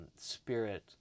spirit